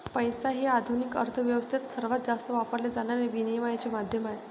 पैसा हे आधुनिक अर्थ व्यवस्थेत सर्वात जास्त वापरले जाणारे विनिमयाचे माध्यम आहे